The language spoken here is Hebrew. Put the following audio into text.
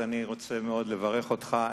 אז אני רוצה מאוד לברך אותך.